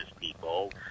people